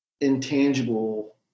intangible